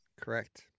Correct